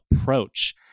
approach